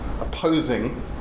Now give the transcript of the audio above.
opposing